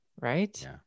Right